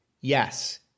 Yes